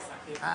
את לא שמת לב.